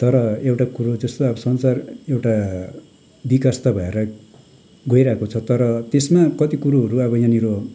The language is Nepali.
तर एउटा कुरो जस्तो अब संसार एउटा विकास त भएर गइरहेको छ तर त्यसमा कति कुरोहरू अब यहाँनिर